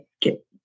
get